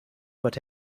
but